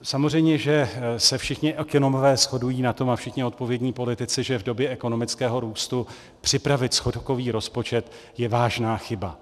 Samozřejmě že se všichni ekonomové shodují na tom, a všichni odpovědní politici, že v době ekonomického růstu připravit schodkový rozpočet je vážná chyba.